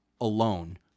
alone